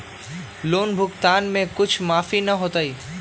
Loan भुगतान में कुछ माफी न होतई?